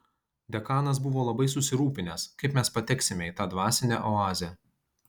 dekanas buvo labai susirūpinęs kaip mes pateksime į tą dvasinę oazę